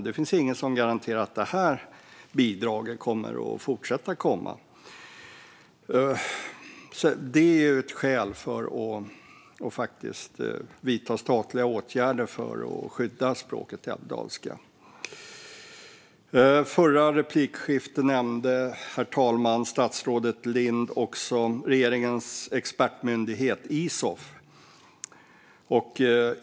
Det finns inget som garanterar att bidraget kommer att fortsätta att delas ut, och det är ett skäl för att vidta statliga åtgärder för att skydda språket älvdalska. Statsrådet Lind nämnde tidigare regeringens expertmyndighet Isof.